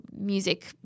music